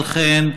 על כן,